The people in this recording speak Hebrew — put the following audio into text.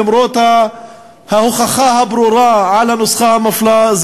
למרות ההוכחה הברורה על הנוסחה המפלה,